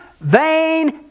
vain